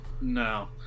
No